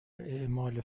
اعمال